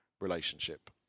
relationship